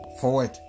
forward